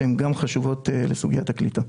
שהן גם חשובות לסוגיית הקליטה.